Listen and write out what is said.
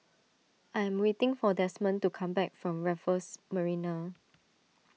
I am waiting for Desmond to come back from Raffles Marina